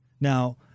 Now